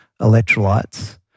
electrolytes